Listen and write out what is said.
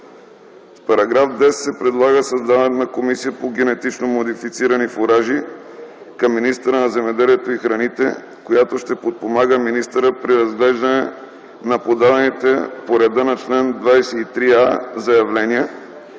С §10 се предлага създаването на Комисия по генетично модифицирани фуражи към министъра на земеделието и храните, която ще подпомага министъра при разглеждане на подадените по реда на чл. 23а заявления,